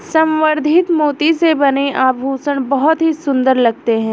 संवर्धित मोती से बने आभूषण बहुत ही सुंदर लगते हैं